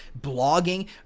blogging